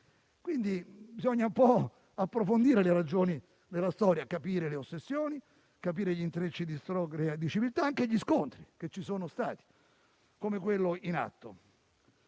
Quindi, bisogna un po' approfondire le ragioni della storia, capire le ossessioni e gli intrecci di storia e di civiltà, nonché gli scontri che ci sono stati, come quello in atto.